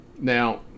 Now